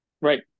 Right